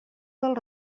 del